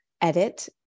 edit